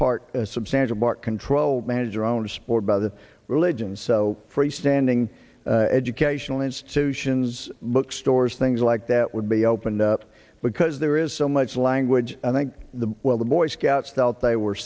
part a substantial part control manager owner spoiled by the religion so freestanding educational institutions bookstores things like that would be opened up because there is so much language and the well the boy scouts felt they were